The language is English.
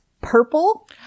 purple